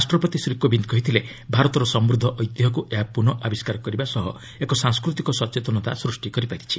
ରାଷ୍ଟ୍ରପତି ଶ୍ରୀ କୋବିନ୍ଦ୍ କହିଥିଲେ ଭାରତର ସମୃଦ୍ଧ ଐତିହ୍ୟକୁ ଏହା ପୁନଃ ଆବିଷ୍କାର କରିବା ସହ ଏକ ସାଂସ୍କୃତିକ ସଚେତନତା ସୃଷ୍ଟି କରିପାରିଛି